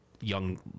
young